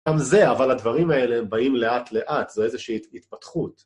גם זה, אבל הדברים האלה באים לאט לאט, זו איזושהי התפתחות.